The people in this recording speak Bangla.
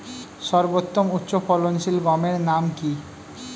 সর্বতম উচ্চ ফলনশীল গমের নাম কি?